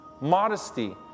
modesty